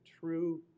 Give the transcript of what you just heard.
true